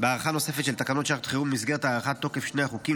בהארכה נוספת של תקנות שעת החירום במסגרת הארכת תוקף שני החוקים.